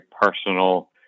personal